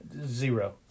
zero